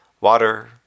Water